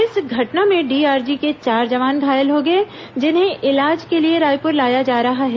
इस घटना में डीआरजी के चार जवान घायल हो गए जिन्हें इलाज के लिए रायपुर लाया जा रहा है